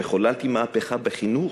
וחוללתי מהפכה בחינוך,